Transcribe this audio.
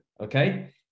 okay